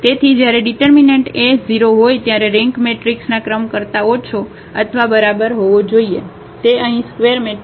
તેથી જ્યારે determinant A 0 હોય ત્યારે રેન્ક મેટ્રિક્સના ક્રમ કરતા ઓછો અથવા બરાબર હોવો જોઈએ તે અહીં સ્કવેર મેટ્રિક્સ છે